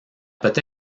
peut